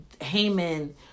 Haman